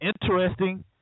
interesting